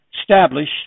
establish